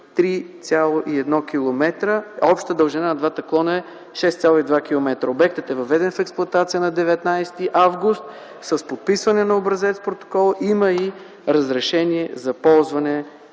3,1 км, а общата дължина на двата клона е 6,2 км. Обектът е въведен в експлоатация на 19 август с подписване на образец-протокол, има и разрешение за ползване